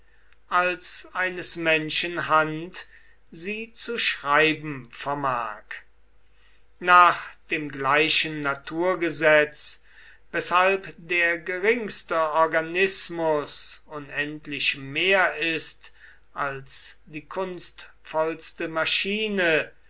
als eines menschen hand sie zu schreiben vermag nach dem gleichen naturgesetz weshalb der geringste organismus unendlich mehr ist als die kunstvollste maschine